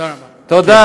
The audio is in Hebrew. תודה